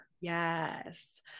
Yes